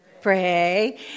Pray